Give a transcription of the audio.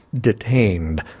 detained